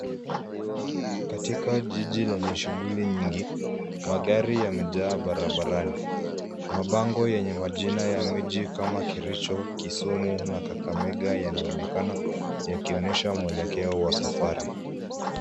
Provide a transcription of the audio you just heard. Katikajiji lenye shughuli nyingi, magari yamejaa barabarani. Mabango yenye majina ya miji kama Kericho, Kisumu na Kakamega yanaonekana yakionyesha mwelekeo wa safari.